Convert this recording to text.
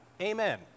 amen